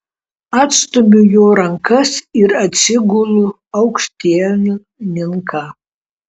atstumiu jo rankas ir atsigulu aukštielninka